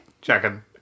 checking